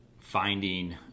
finding